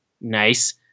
Nice